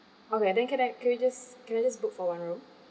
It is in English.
okay then can I can we just can I just book for one room